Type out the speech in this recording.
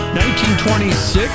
1926